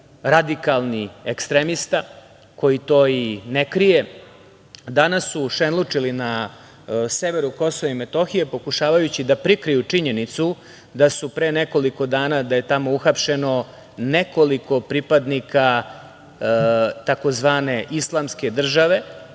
radikalni ekstremista, koji to i ne krije, danas su šenlučili na severu KiM, pokušavajući da prikriju činjenicu da je pre nekoliko dana tamo uhapšeno nekoliko pripadnika tzv. islamske države